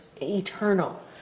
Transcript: eternal